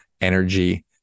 energy